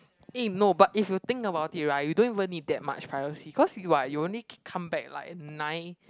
eh no but if you think about it right you don't even need that much privacy cause you what you only c~ come back like at nine